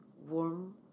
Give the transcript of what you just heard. warm